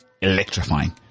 Electrifying